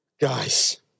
Guys